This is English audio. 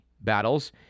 battles